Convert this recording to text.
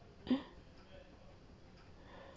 um